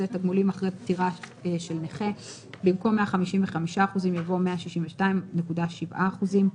במקום "155%" יבוא "162.7%".